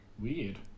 Weird